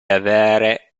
avere